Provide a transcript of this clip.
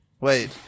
Wait